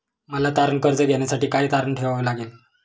मला तारण कर्ज घेण्यासाठी काय तारण ठेवावे लागेल?